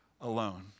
alone